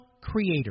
creator